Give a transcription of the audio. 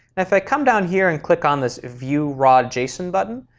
if i come down here and click on this view raw json button,